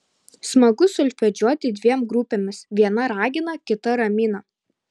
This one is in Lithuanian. smagu solfedžiuoti dviem grupėmis viena ragina kita ramina